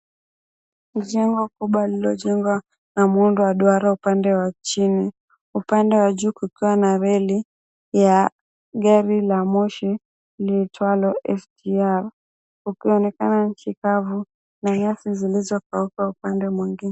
Jengo kubwa lililojengwa na muundo wa duara upande wa chini upande wa juu kukiwa na reli ya gari la moshi iitwalo SGR, ukionekana nchi kavu na nyazi zilizokauka upande mwengine.